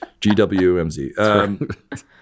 GWMZ